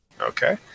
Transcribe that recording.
Okay